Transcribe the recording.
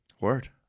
Word